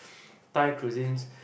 Thai cuisines